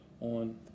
on